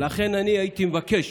לכן אני הייתי מבקש,